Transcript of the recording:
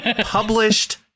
published